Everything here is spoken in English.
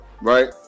right